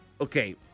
Okay